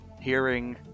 hearing